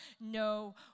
No